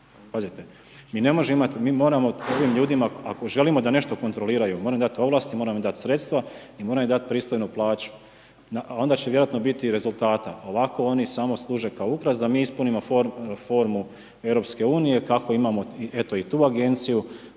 imati, mi moramo ovim ljudima ako želimo da nešto kontroliraju, moramo dati ovlasti, moramo im dati sredstva i moramo im dati pristojnu plaću ali onda će vjerojatno biti i rezultata, ovako oni samo služe kao ukras da mi ispunimo formu EU kako imamo eto i tu agenciju,